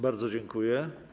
Bardzo dziękuję.